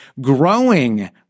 growing